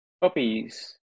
puppies